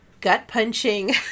gut-punching